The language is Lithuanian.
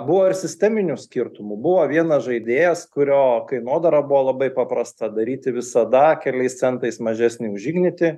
buvo ir sisteminių skirtumų buvo vienas žaidėjas kurio kainodara buvo labai paprasta daryti visada keliais centais mažesnį už ignitį